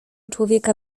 człowieka